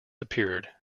appeared